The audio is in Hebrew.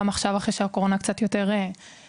גם עכשיו אחרי שהקורונה קצת יותר נעלמה.